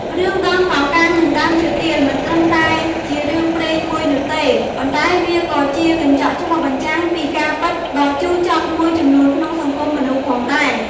រឿង "ដើមកោងកាងនិងដើមឈើទាល" មិនត្រឹមតែជារឿងព្រេងមួយនោះទេ ប៉ុន្តែវាក៏ជាកញ្ចក់ឆ្លុះបញ្ចាំងពីការពិតដ៏ជូរចត់មួយចំនួនក្នុងសង្គមមនុស្សផងដែរ។